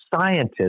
scientists